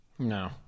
No